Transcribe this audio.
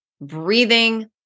breathing